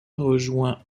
rejoignit